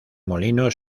molino